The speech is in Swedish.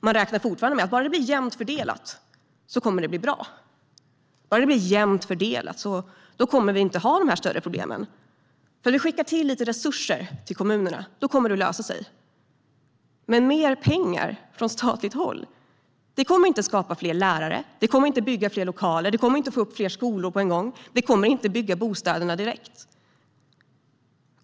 Man räknar fortfarande med att bara det blir jämnt fördelat kommer det att bli bra. Bara det blir jämnt fördelat kommer vi inte att ha de här större problemen. Vi skickar till lite resurser till kommunerna - då kommer det att lösa sig. Mer pengar från statligt håll kommer dock inte att skapa fler lärare, bygga fler lokaler, få upp fler skolor på en gång eller bygga bostäderna direkt.